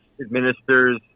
administers